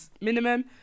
minimum